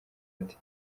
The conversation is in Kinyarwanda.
ati